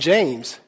James